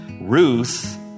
Ruth